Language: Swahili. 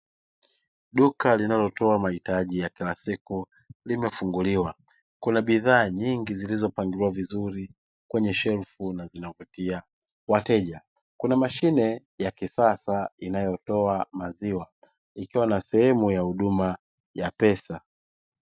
Duka linalotoa mahitaji ya kila siku limefunguliwa kuna bidhaa nyingi zilizopangiliwa vizuri kwenye shelfu, na zinawavutia wateja kuna mashine ya kisasa inayotoa maziwa ikiwa na sehemu ya huduma ya pesa.